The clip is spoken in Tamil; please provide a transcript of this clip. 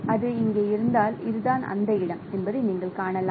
அது இங்கே இருந்தால் இதுதான் அதன் இடம் என்பதை நீங்கள் காணலாம்